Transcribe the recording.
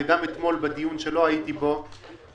וגם אתמול בדיון שלא הייתי בו,